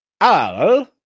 Al